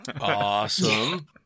Awesome